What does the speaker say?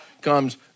comes